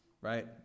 right